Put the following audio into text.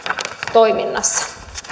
toiminnassa